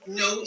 no